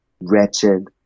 wretched